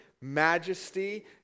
majesty